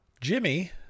Jimmy